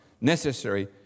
necessary